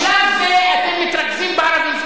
בשלב זה אתם מתרכזים בערבים,